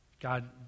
God